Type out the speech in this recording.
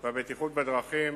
והבטיחות בדרכים,